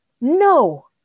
no